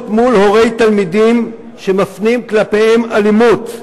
מול הורי תלמידים שמפנים כלפיהם אלימות,